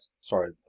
sorry